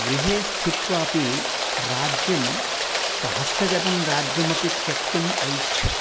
गृहे स्थित्वापि राज्यं स्वहस्तगतं राज्यमपि त्यक्तुम् ऐच्छत्